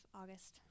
august